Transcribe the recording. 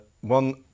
one